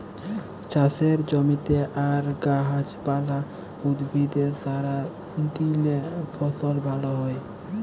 চাষের জমিতে আর গাহাচ পালা, উদ্ভিদে সার দিইলে ফসল ভাল হ্যয়